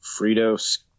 Frito